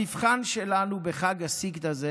המבחן שלנו בחג הסגד הזה